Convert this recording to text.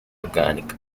organic